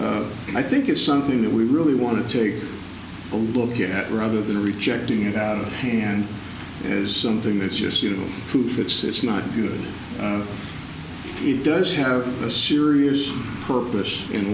i think it's something that we really want to take a look at rather than rejecting it out of hand is something that's just you know proof it's not good it does have a serious purpose in